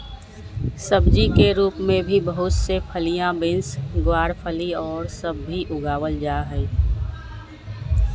सब्जी के रूप में भी बहुत से फलियां, बींस, गवारफली और सब भी उगावल जाहई